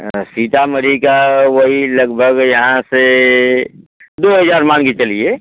हाँ सीतामढ़ी का वही लगभग यहाँ से दो हजार मान के चलिए